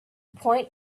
point